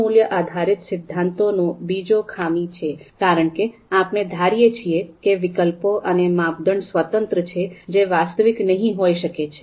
આ મૂલ્ય આધારિત સિદ્ધાંતોનો બીજો ખામી છે કારણ કે આપણે ધારીએ છીએ કે વિકલ્પો અને માપદંડ સ્વતંત્ર છે જે વાસ્તવિક નહિ હોઈ શકે છે